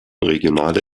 regionale